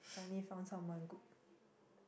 finally foudn someone good